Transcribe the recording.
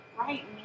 right